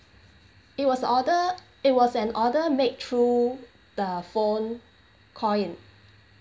it was order it was an order made through the phone call in